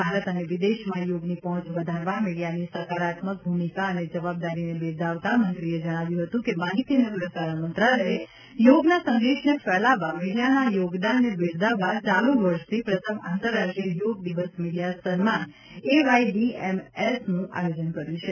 ભારત અને વિદેશમાં યોગની પહોંચ વધારવા મીડિયાની સકારાત્મક ભૂમિકા અને જવાબદારીને બિરદાવતા મંત્રીએ જણાવ્યું હતું કે માહિતી અને પ્રસારણ મંત્રાલયે યોગનાં સંદેશને ફેલાવવા મીડિયાનાં યોગદાનને બિરદાવવા ચાલુ વર્ષથી પ્રથમ આંતરરાષ્ટ્રીય યોગ દિવસ મીડિયા સન્માન એવાયડીએમએસનું આયોજન કર્યું છે